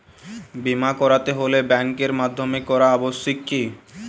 বিমা করাতে হলে ব্যাঙ্কের মাধ্যমে করা আবশ্যিক কি?